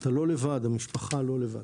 אתה לא לבד, המשפחה לא לבד.